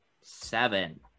Seven